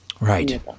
Right